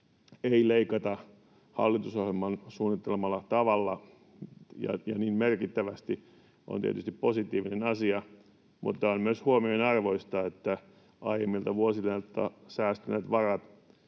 ei leikata hallitusohjelman suunnittelemalla tavalla eikä niin merkittävästi, on tietysti positiivinen asia. Mutta on myös huomionarvoista, että aiemmilta vuosilta säästyneet varat